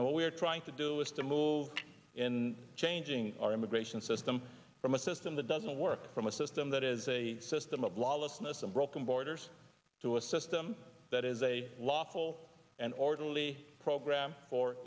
and what we're trying to do is to move in changing our immigration system from a system that doesn't work from a system that is a system of lawlessness and broken borders to a system that is a lawful and orderly program for